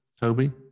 Toby